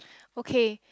okay